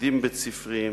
וירידים בית-ספריים